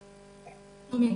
שוב,